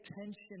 attention